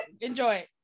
enjoy